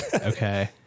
okay